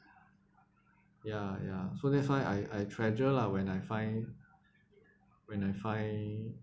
ya ya so that's why I I treasure lah when I find when I find